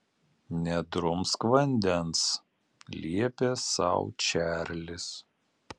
nedrumsk vandens liepė sau čarlis